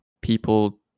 people